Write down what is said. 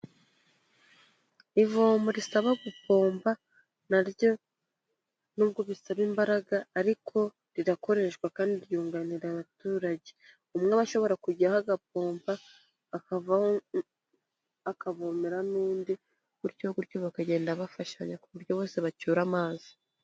Ivomo risaba gupompa na ryo nubwo bisaba imbaraga ariko rirakoreshwa kandi ryunganira abaturage. Umwe aba ashobora kujyaho agapompa akavaho akavomera n'undi, gutyo gutyo bakagenda bafashanya ku buryo bose bacyura amazi.